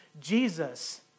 Jesus